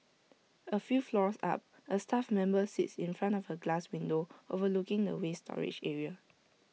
A few floors up A staff member sits in front of A glass window overlooking the waste storage area